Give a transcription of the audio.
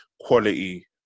quality